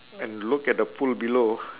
and look at the pool below